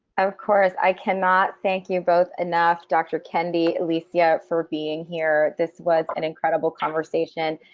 of course. i cannot thank you both enough dr. kendi, alicia for being here. this was an incredible conversation.